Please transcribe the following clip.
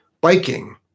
biking